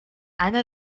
einer